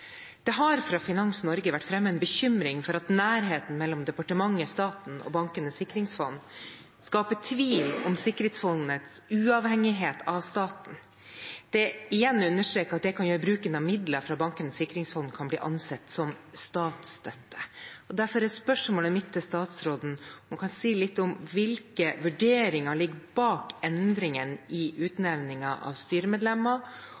Det har fra Finans Norge vært fremmet en bekymring for at nærheten mellom departementet/staten og Bankenes sikringsfond skaper tvil om sikringsfondets uavhengighet av staten. Det igjen understreker at det kan gjøre at bruken av midler fra Bankenes sikringsfond kan bli ansett som statsstøtte. Derfor er spørsmålet mitt til statsråden om hun kan si litt om hvilke vurderinger som ligger bak utnevningen av styremedlemmer,